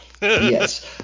yes